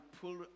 pull